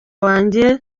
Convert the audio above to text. wanjye